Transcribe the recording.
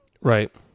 Right